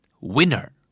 Winner